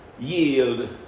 yield